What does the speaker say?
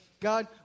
God